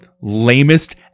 lamest